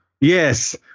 Yes